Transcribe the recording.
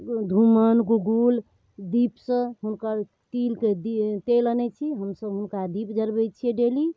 धूमन गुगुल दीपसँ हुनकर तिलके दी तेल आनै छी हमसभ हुनका दीप जरबै छिए डेली